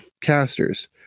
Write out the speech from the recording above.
casters